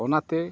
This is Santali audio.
ᱚᱱᱟᱛᱮ